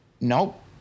Nope